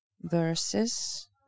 verses